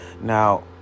now